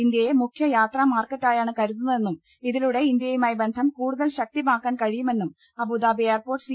ഇന്ത്യയെ മുഖ്യ യാത്രാ മാർക്കറ്റായാണ് കരുതുന്നതെന്നും ഇതിലൂടെ ഇന്ത്യ യുമായി ബന്ധം കൂടുതൽ ശക്തമാക്കാൻ കഴിയുമെന്നും അബൂ ദാബി എയർപോർട്ട് സി